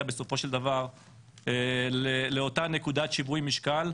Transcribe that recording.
בסופו של דבר לאותה נקודת שיווי משקל,